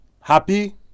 Happy